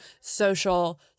social